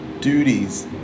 Duties